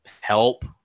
help